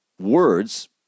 words